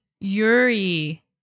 Yuri